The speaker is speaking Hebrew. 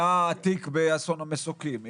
היה תיק באסון מסוקים,